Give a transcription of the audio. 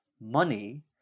money